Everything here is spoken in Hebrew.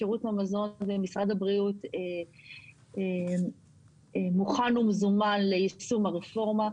שירות המזון במשרד הבריאות מוכן ומזומן ליישום הרפורמה,